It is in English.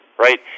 right